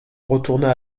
retourna